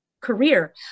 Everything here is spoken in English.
career